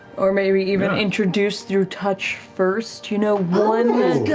or maybe even introduce through touch first, you know, one